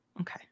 Okay